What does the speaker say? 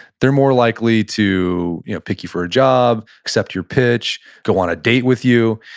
they're more likely to you know pick you for a job, accept your pitch, go on a date with you,